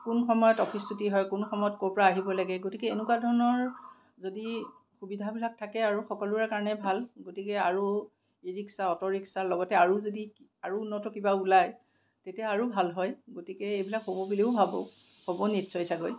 কোন সময়ত অফিচ ছুটি হয় কোন সময়ত কোন ক'ৰ পৰা আহিব লাগে গতিকে এনেকুৱা ধৰণৰ যদি সুবিধাবিলাক থাকে আৰু সকলোৰে কাৰণে ভাল গতিকে আৰু ই ৰিক্সা অ'টো ৰিক্সাৰ লগতে আৰু যদি আৰু উন্নত কিবা ওলায় তেতিয়া আৰু ভাল হয় গতিকে এইবিলাক হ'ব বুলিও ভাবোঁ হ'ব নিশ্চয় চাগৈ